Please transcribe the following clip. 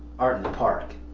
art in the park.